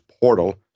portal